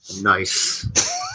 Nice